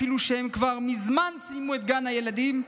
אפילו כשהם כבר מזמן סיימו את גן הילדים,